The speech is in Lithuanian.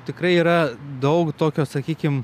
tikrai yra daug tokio sakykim